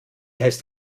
heißt